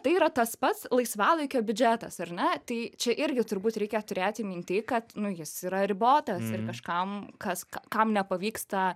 tai yra tas pats laisvalaikio biudžetas ar ne tai čia irgi turbūt reikia turėti minty kad nu jis yra ribotas ir kažkam kas kam nepavyksta